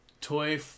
toy